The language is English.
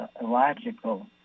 illogical